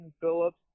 Phillips